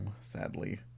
Sadly